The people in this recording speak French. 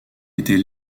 était